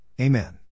Amen